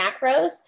macros